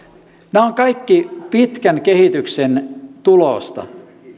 nämä ovat kaikki pitkän kehityksen tulosta